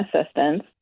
assistance